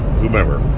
whomever